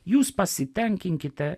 jūs pasitenkinkite